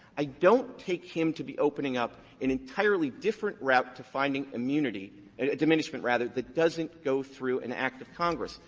i don't take him to be opening up an entirely different route to finding immunity diminishment, rather, that doesn't go through an act of congress.